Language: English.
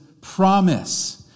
promise